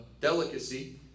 delicacy